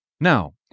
Now